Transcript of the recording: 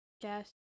Yes